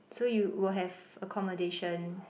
so you will have accommodation